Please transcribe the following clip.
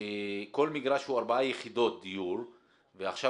שכל מגרש הוא ארבע יחידות דיור ועכשיו